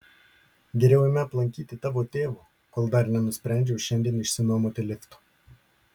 geriau eime aplankyti tavo tėvo kol dar nenusprendžiau šiandien išsinuomoti lifto